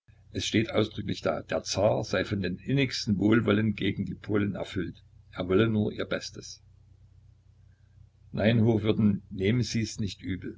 es steht ausdrücklich da der zar sei von dem innigsten wohlwollen gegen die polen erfüllt er wolle nur ihr bestes nein hochwürden nehmen sies nicht übel